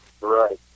Right